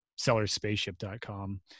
sellerspaceship.com